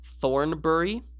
Thornbury